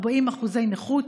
40% נכות,